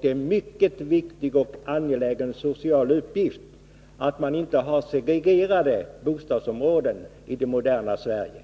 Det är en mycket viktig och angelägen social uppgift att se till att vi inte har segregerade bostadsområden i det moderna Sverige.